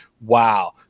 wow